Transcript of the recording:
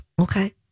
Okay